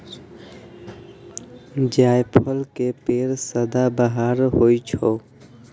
जायफल के पेड़ सदाबहार होइ छै